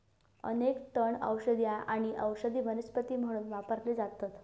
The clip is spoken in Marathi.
अनेक तण औषधी आणि औषधी वनस्पती म्हणून वापरले जातत